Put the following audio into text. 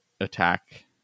attack